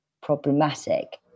problematic